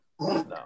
No